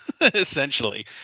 essentially